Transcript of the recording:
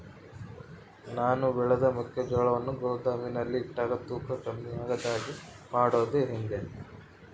ನಾನು ಬೆಳೆದ ಮೆಕ್ಕಿಜೋಳವನ್ನು ಗೋದಾಮಿನಲ್ಲಿ ಇಟ್ಟಾಗ ತೂಕ ಕಮ್ಮಿ ಆಗದ ಹಾಗೆ ಮಾಡೋದು ಹೇಗೆ?